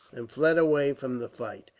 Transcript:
and fled away from the fight.